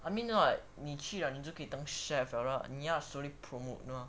I mean not like 你去了你就可以当:ni qule ni jiu ke yi dang chef 了你要 slowly promote mah